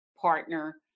partner